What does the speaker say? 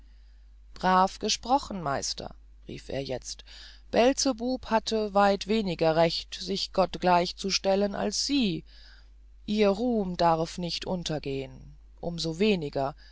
brav gesprochen meister rief er jetzt beelzebub hatte weit weniger recht sich gott gleich zu stellen als sie ihr ruhm darf nicht untergehen um so weniger